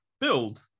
build